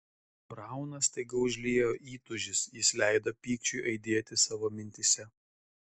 brauną staiga užliejo įtūžis jis leido pykčiui aidėti savo mintyse